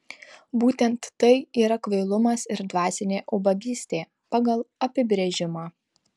būtent tai yra kvailumas ir dvasinė ubagystė pagal apibrėžimą